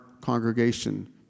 congregation